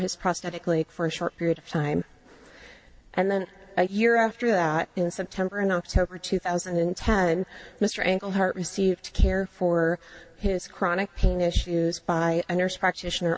his prosthetic leg for a short period of time and then a year after that in september and october two thousand and ten mr ankle hurt received to care for his chronic pain issues by a nurse practitioner